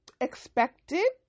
expected